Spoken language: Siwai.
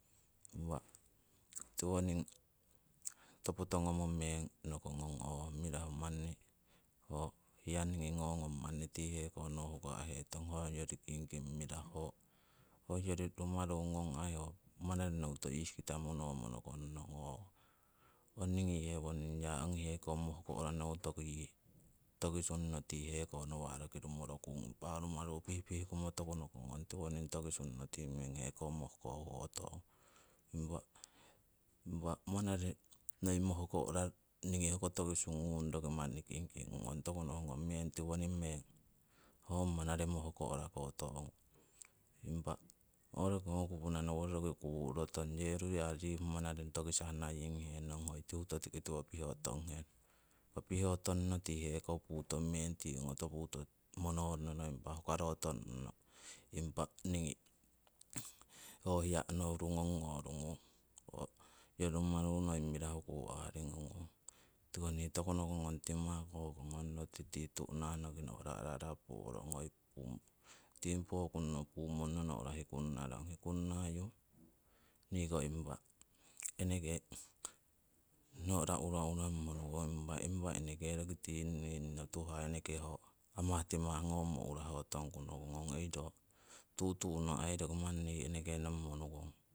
tiwoning topo tongomo meng nokongong ooh mirahu manni ho hiya niingi ngongong manni tii heko huka'hetong, hoyori kingking mirahu. Ho hoyori rumaru ngong aii ho manare nouta ihkita monomo nukong, nohung nong ooh ong niingi yewoning yaa ongi mohkohra noutoki yii tokisunno tii heko nawa' roki rumorokung? Impa ho rumaru pihpih kummo toku nokongong tiwoning tokisunno tii meng heko mohko huhotongung. Impa, impa manare noi mohko'ra niingi hoko tokisungung roki manni kingking ngungong, toku nohungong meng tiwoning meng ho manare mohko'ra ngo tongung. Impa ho roki ho kupuna nowori roki kuu'ro tong yeru yaa yii ong manare tokisah naiying henong, hoi tiuto tiki tiwo piho tonghenong, impa piho tongno tii keho puto meng tii ongoto puto monon nono impa hukaro tongno, impa niingi ho hiya onohurungong ngorungung. hoyori rumaru noi mirahu aringunguung, tiko nii toku nokongong timah ngonno tikite tu'nah noki te no'ra ara ara porong hoi, tiingi pokunno, pumonno no'ra hikunnarong, hikunnayu nii ko impa eneke no'ra ura urammo nukong. Impa eneke tiingi ninno tuhah ho amah timah ngomo uraho tongku nohungong hey roko tu'tu'no aii nii eneke nomimo nukong